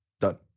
Done